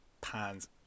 pans